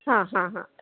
हा हा हा